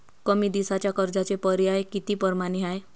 कमी दिसाच्या कर्जाचे पर्याय किती परमाने हाय?